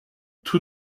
tous